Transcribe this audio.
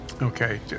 Okay